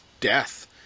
death